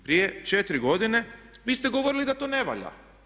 Prije 4 godine vi ste govorili da to ne valja.